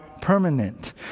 permanent